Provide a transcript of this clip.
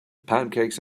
pancakes